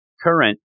current